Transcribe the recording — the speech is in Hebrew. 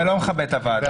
זה לא מכבד את הוועדה.